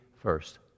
first